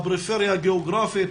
הפריפריה הגיאוגרפית,